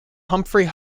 humphrey